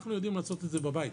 אנחנו יודעים לעשות את זה בבית.